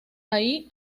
ahí